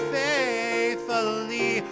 faithfully